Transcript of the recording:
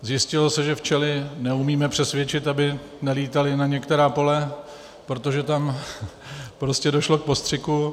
Zjistilo se, že včely neumíme přesvědčit, aby nelítaly na některá pole, protože tam prostě došlo k postřiku.